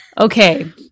Okay